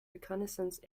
reconnaissance